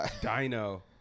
Dino